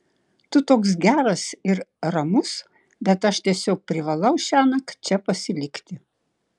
tu toks geras ir ramus bet aš tiesiog privalau šiąnakt čia pasilikti